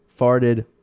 farted